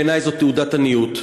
בעיני זו תעודת עניות.